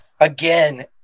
again